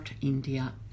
India